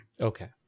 Okay